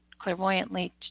clairvoyantly